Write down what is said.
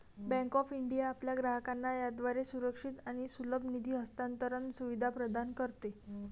bank of India आपल्या ग्राहकांना याद्वारे सुरक्षित आणि सुलभ निधी हस्तांतरण सुविधा प्रदान करते